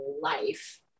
life